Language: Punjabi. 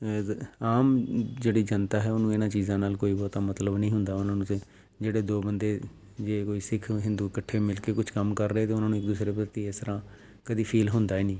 ਆਮ ਜਿਹੜੀ ਜਨਤਾ ਹੈ ਉਹਨੂੰ ਇਹਨਾਂ ਚੀਜ਼ਾਂ ਨਾਲ਼ ਕੋਈ ਬਹੁਤਾ ਮਤਲਬ ਨਹੀਂ ਹੁੰਦਾ ਉਹਨਾਂ ਨੂੰ ਕਿ ਜਿਹੜੇ ਦੋ ਬੰਦੇ ਜੇ ਕੋਈ ਸਿੱਖ ਹਿੰਦੂ ਇਕੱਠੇ ਮਿਲ ਕੇ ਕੁਛ ਕੰਮ ਕਰ ਰਹੇ ਅਤੇ ਉਹਨਾਂ ਨੂੰ ਇੱਕ ਦੂਸਰੇ ਪ੍ਰਤੀ ਇਸ ਤਰ੍ਹਾਂ ਕਦੇ ਫੀਲ ਹੁੰਦਾ ਹੀ ਨਹੀਂ